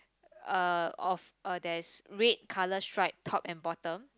uh of uh there's red colour stripe top and bottom